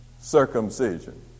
circumcision